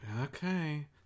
Okay